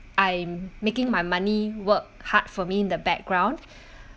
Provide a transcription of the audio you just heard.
I'm making my money work hard for me in the background